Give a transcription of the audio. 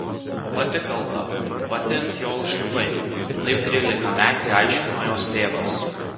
pati kalta pati ant jo užlipai taip trylikametei aiškino jos tėvas